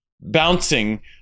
bouncing